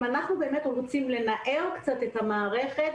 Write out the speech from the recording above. אם אנחנו באמת רוצים לנער קצת את המערכת,